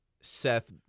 Seth